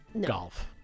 Golf